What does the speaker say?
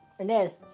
Anel